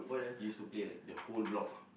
used to play like the whole block